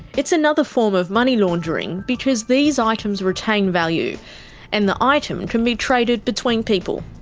it's another form of money laundering because these items retain value and the item can be traded between people.